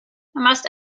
must